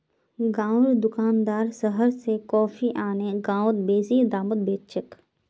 गांउर दुकानदार शहर स कॉफी आने गांउत बेसि दामत बेच छेक